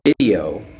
video